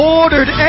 ordered